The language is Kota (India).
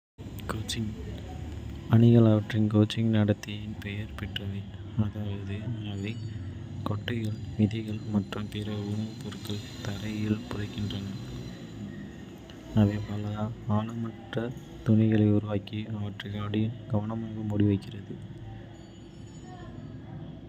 கேச்சிங் அணில்கள் அவற்றின் கேச்சிங் நடத்தைக்கு பெயர் பெற்றவை, அதாவது அவை கொட்டைகள், விதைகள் மற்றும் பிற உணவுப் பொருட்களை தரையில் புதைக்கின்றன. அவை பல ஆழமற்ற துளைகளை உருவாக்கி அவற்றை கவனமாக மூடி வைக்கின்றன.